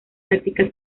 táctica